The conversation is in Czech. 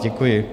Děkuji.